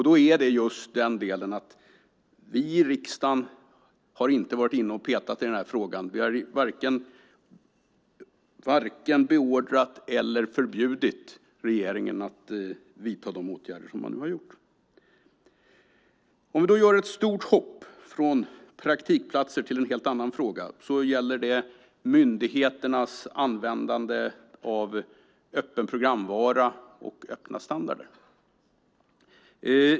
Det handlar just om att vi i riksdagen inte har varit inne och petat i frågan. Vi har varken beordrat eller förbjudit regeringen att vidta dessa åtgärder. Vi gör nu ett stort hopp från praktikplatser till en helt annan fråga, nämligen myndigheternas användande av öppen programvara och öppna standarder.